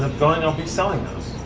ah going, i'll be selling those.